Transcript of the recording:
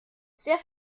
sehr